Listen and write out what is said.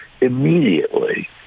immediately